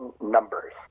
numbers